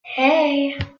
hey